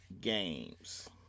games